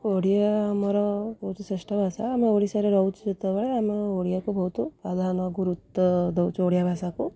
ଓଡ଼ିଆ ଆମର ବହୁତ ଶ୍ରେଷ୍ଠ ଭାଷା ଆମେ ଓଡ଼ିଶାରେ ରହୁଛୁ ସେତେବେଳେ ଆମେ ଓଡ଼ିଆକୁ ବହୁତ ପ୍ରାଧାନ୍ୟ ଗୁରୁତ୍ୱ ଦେଉଛୁ ଓଡ଼ିଆ ଭାଷାକୁ